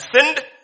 sinned